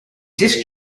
disk